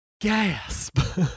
gasp